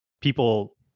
people